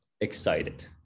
excited